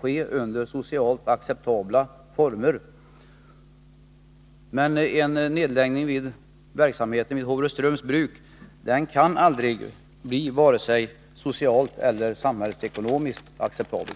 ske under socialt acceptabla former. En nedläggning av verksamheten vid Håvreströms Bruk kan aldrig bli vare sig socialt eller samhällsekonomiskt acceptabel.